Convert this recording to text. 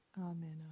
Amen